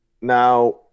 Now